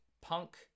Punk